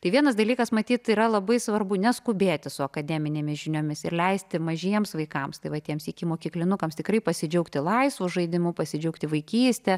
tai vienas dalykas matyt yra labai svarbu neskubėti su akademinėmis žiniomis ir leisti mažiems vaikams tai vat tiems ikimokyklinukams tikrai pasidžiaugti laisvu žaidimo pasidžiaugti vaikyste